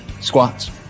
squats